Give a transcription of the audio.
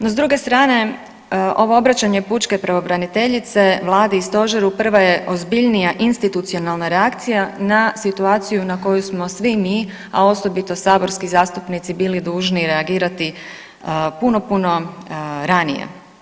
No s druge strane ovo obraćanje pučke pravobraniteljice vladi i stožeru prva je ozbiljnija institucionalna reakcija na situaciju na koju smo svi mi, a osobito saborski zastupnici bili dužni reagirati puno puno ranije.